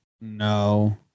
No